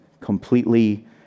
completely